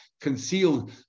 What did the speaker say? concealed